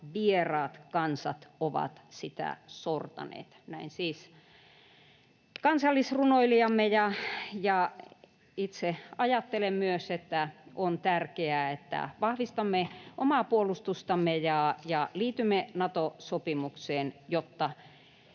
vieraat kansat ovat sitä sortaneet.” Näin siis kansallisrunoilijamme, ja itse ajattelen myös, että on tärkeää, että vahvistamme omaa puolustustamme ja liitymme Nato-sopimukseen, jotta